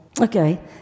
Okay